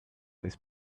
this